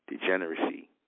degeneracy